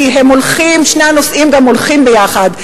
כי שני הנושאים גם הולכים ביחד.